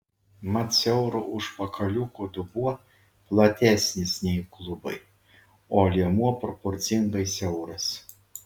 mat siauro užpakaliuko dubuo platesnis nei klubai o liemuo proporcingai siauras